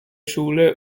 schule